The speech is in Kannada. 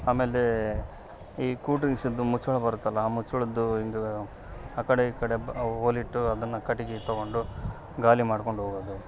ಆಮೇಲೆ ಈ ಕೂಲ್ಡ್ರಿಂಕ್ಸಿದ್ದು ಮುಚ್ಚಳ ಬರುತ್ತಲ್ಲ ಆ ಮುಚ್ಳದ್ದು ಇದು ಆ ಕಡೆ ಈ ಕಡೆ ಬ ಓಲಿ ಇಟ್ಟು ಅದನ್ನು ಕಟ್ಟಿಗೆ ತೋಗೊಂಡು ಗಾಲಿ ಮಾಡ್ಕೊಂಡು ಹೋಗೋದು